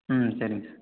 ம் சரிங்க சார்